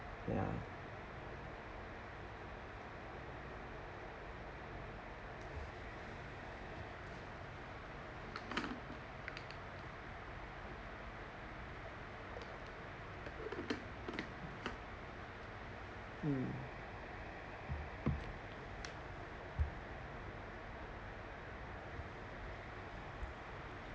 ya mm